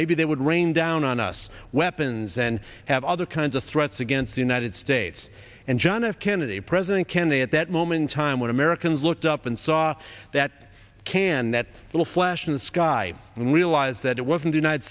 maybe they would rain down on us weapons and have other kinds of threats against the united states and john f kennedy president kennedy at that moment time when americans looked up and saw that can that little flash in the sky and realize that it wasn't united